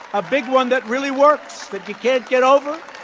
a big one that really works, that you can't get over,